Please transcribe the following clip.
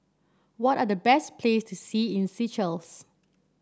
what are the best places to see in Seychelles